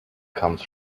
comes